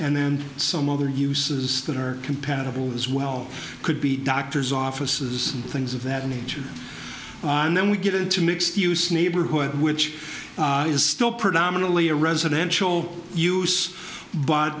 and then some other uses that are compatible as well could be doctors offices and things of that nature and then we give it to mixed use neighborhood which is still predominantly a residential use but